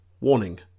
Warning